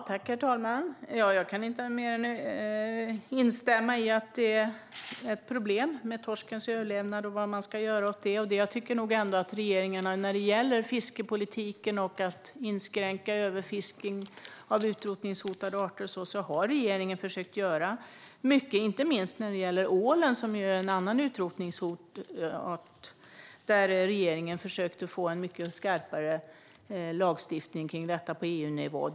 Herr talman! Jag kan inte mer än instämma i att detta är ett problem. Det handlar om torskens överlevnad och om vad man ska göra åt detta. När det gäller fiskepolitiken och när det gäller att förhindra överfiskning av utrotningshotade arter tycker jag nog ändå att regeringen har försökt göra mycket. Det gäller inte minst ålen, som är en annan utrotningshotad art. Regeringen försökte få en mycket skarpare lagstiftning kring detta på EU-nivå.